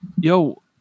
yo